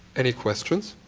any questions?